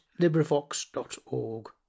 LibriVox.org